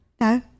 no